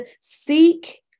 seek